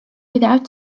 without